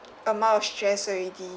amount of stress already